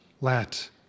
let